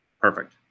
Perfect